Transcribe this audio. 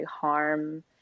harm